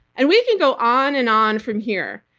and we can go on and on from here,